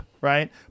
right